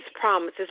promises